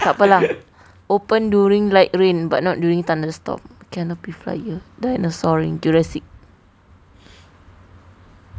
tak apa lah open during light rain but not during thunderstorm canopy flyer dinosaur ring jurassic